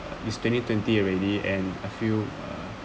it's twenty twenty already and I feel uh